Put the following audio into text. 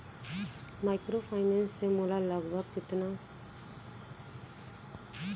Microfinance से मोला लगभग कतना पइसा तक उधार मिलिस सकत हे?